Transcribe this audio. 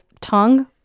tongue